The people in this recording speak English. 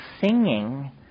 singing